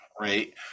right